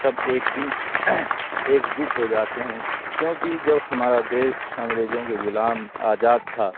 سب ایک دن ایک جٹ ہو جاتے ہیں کیوںکہ جب ہمارا دیش انگریزوں کے غلام آزاد تھا